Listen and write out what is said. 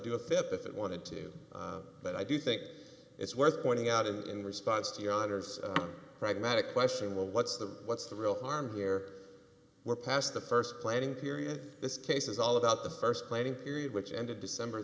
it wanted to but i do think it's worth pointing out in response to your honor's pragmatic question well what's the what's the real harm here we're past the st planning period this case is all about the st planning period which ended december